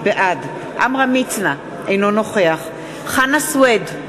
בעד עמרם מצנע, אינו נוכח חנא סוייד,